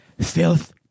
Filth